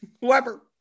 Whoever